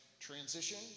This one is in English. Transition